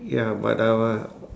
ya but our